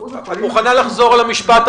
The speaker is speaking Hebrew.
שאחוז החולים הקשים --- את מוכנה לחזור על המשפט?